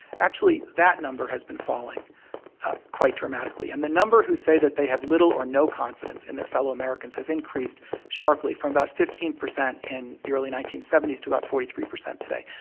actually that number has been falling ah quite dramatically. and the number who say that they have little or no confidence in their fellow americans has increased sharply from about fifteen percent in the early nineteen seventy s to about forty three percent today.